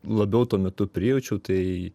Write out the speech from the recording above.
labiau tuo metu prijaučiau tai